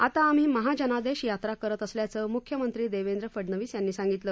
आता आम्ही महाजनादेश यात्रा करत असल्याचं मुख्यमंत्री देवेंद्र फडनवीस यांनी सांगितलं